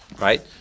Right